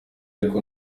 ariko